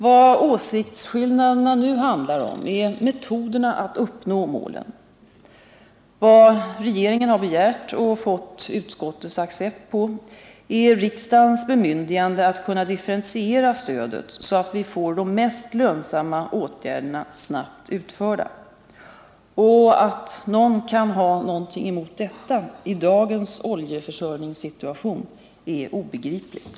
Vad åsiktsskillnaderna nu handlar om är metoderna att uppnå målen. Vad regeringen begär — och fått utskottets accept på — är riksdagens bemyndigande att kunna differentiera stödet så att vi får de mest lönsamma åtgärderna snabbt utförda. Att någon kan ha någonting emot detta i dagens oljeförsörjningssituation är obegripligt.